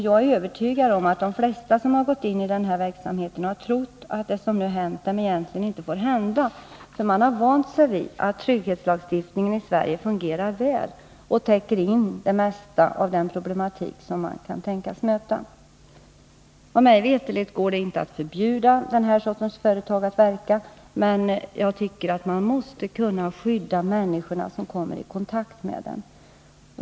Jag är övertygad om att de flesta som gått in i denna verksamhet har trott att det som hänt dem egentligen inte får hända, för de har vant sig vid att trygghetslagstiftningen fungerar väl och täcker in det mesta av den problematik som man kan tänkas möta. Mig veterligt går det inte att förbjuda den här sortens företag att verka, men man måste kunna skydda människorna som kommer i kontakt med dem.